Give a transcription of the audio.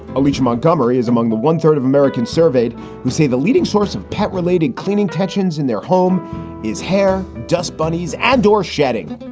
alicia montgomery is among the one third of americans surveyed who say the leading source of pet related cleaning tensions in their home is hair, dust bunnies and door shedding.